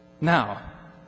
now